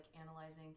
analyzing